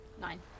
nine